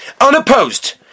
unopposed